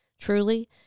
truly